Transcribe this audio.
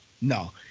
no